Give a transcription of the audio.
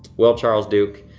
well, charles duke,